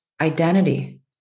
identity